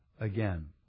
again